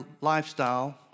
lifestyle